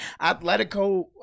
Atletico